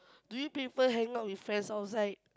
do you prefer hanging out with friends outside